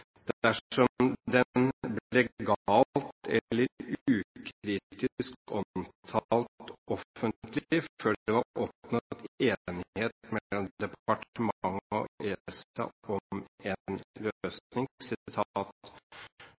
dersom den ble galt eller ukritisk omtalt offentlig før det var oppnådd enighet mellom departementet og ESA om en